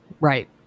Right